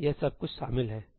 यह सब कुछ शामिल हैसही